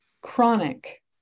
chronic